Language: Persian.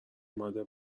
اومده